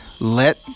let